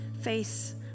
face